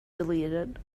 deleted